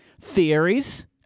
theories